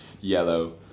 yellow